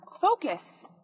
focus